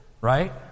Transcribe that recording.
Right